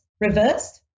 reversed